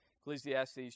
Ecclesiastes